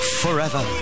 forever